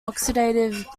oxidative